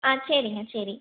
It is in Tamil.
ஆ சரிங்க சரி